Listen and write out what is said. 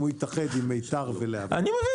אם הוא יתאחד זה עם מיתר ולהבים.